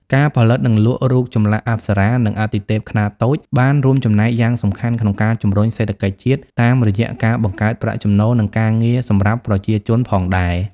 ការផលិត និងលក់ រូបចម្លាក់អប្សរា និងអាទិទេពខ្នាតតូច បានរួមចំណែកយ៉ាងសំខាន់ក្នុងការជំរុញសេដ្ឋកិច្ចជាតិ តាមរយៈការបង្កើតប្រាក់ចំណូល និងការងារសម្រាប់ប្រជាជនផងដែរ។